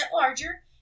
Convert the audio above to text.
larger